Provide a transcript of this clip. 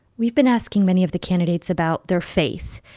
we've been asking many of the candidates about their faith.